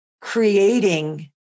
creating